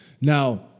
Now